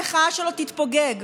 אולי המחאה שלו תתפוגג,